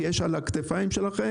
כי יש הרבה על הכתפיים שלכם.